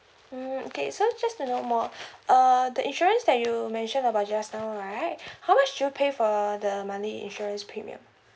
mm okay so just to know more err the insurance that you mentioned about just now right how much did you pay for the monthly insurance premium